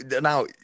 now